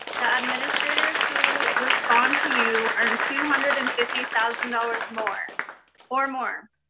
the administrators who respond to you earn two hundred and fifty thousand dollars more or more.